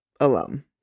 alum